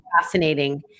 fascinating